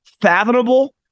fathomable